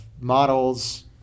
models